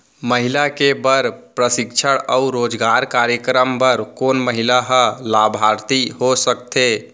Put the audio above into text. महिला के बर प्रशिक्षण अऊ रोजगार कार्यक्रम बर कोन महिला ह लाभार्थी हो सकथे?